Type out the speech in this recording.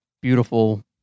beautiful